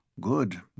Good